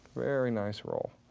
very nice roll.